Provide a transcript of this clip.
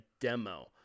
demo